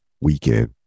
weekend